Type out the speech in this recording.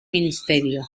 ministerio